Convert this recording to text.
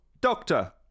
Doctor